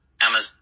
Amazon